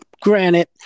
Granted